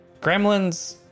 gremlins